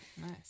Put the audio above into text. Nice